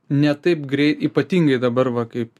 ne taip grei ypatingai dabar va kaip